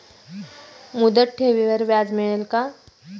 मुदत ठेवीवर व्याज मिळेल का?